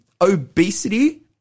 obesity